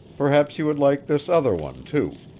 perhaps you would like this other one, too.